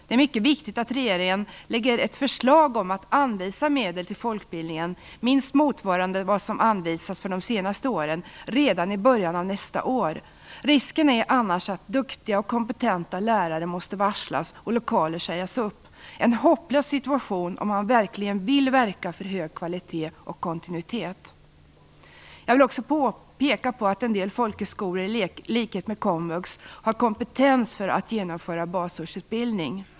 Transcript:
Det är mycket viktigt att regeringen lägger fram ett förslag om att anvisa medel till folkbildningen minst motsvarande vad som anvisats för de senaste åren redan i början av nästa år. Risken är annars att duktiga och kompetenta lärare måste varslas och lokaler sägas upp. Det är en hopplös situation om man verkligen vill verka för hög kvalitet och kontinuitet. Jag vill också peka på att en del folkhögskolor i likhet med komvux har kompetens för att utföra basårsutbildning.